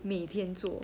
每天做